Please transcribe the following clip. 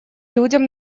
людям